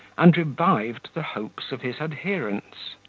and revived the hopes of his adherents.